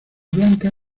blanca